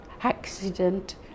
accident